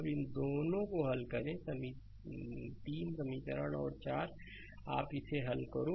और इन दोनों को हल करें 3 समीकरण और 4 आप इसे हल करें